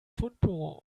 fundbüro